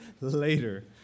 later